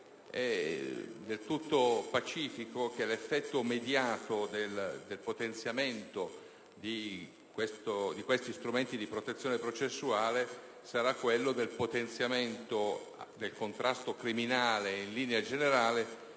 È del tutto pacifico che l'effetto mediato del potenziamento di questi strumenti di protezione processuale sarà quello del potenziamento del contrasto criminale in linea generale,